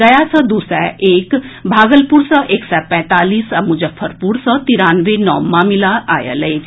गया सँ दू सय एक भागलपुर सँ एक सय पैंतालीस आ मुजफ्फरपुर सँ तिरानवे नव मामिला आएल अछि